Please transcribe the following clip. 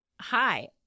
Hi